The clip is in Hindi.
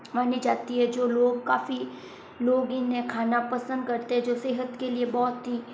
मानी जाती हैं जो लोग काफ़ी लोग इन्हें खाना पसंद करते हैं जो सेहत के लिए बहुत ही